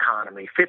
economy